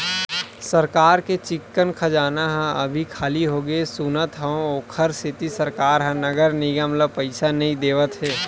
सरकार के चिक्कन खजाना ह अभी खाली होगे सुनत हँव, ओखरे सेती सरकार ह नगर निगम ल पइसा नइ देवत हे